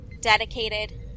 dedicated